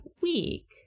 week